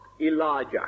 Elijah